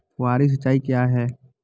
फुहारी सिंचाई क्या है?